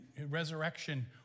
resurrection